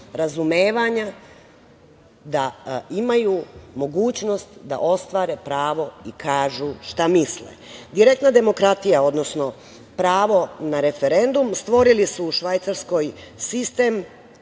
razumevanja da imaju mogućnost da ostvare pravo i kažu šta misle. Direktna demokratija, odnosno pravo na referendum stvorili su u Švajcarskoj sistem